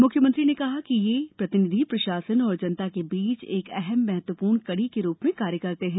मुख्यमंत्री ने कहा कि ये प्रतिनिधि प्रशासन और जनता के बीच एक अहम महत्वपूर्ण कड़ी के रूप में कार्य करते हैं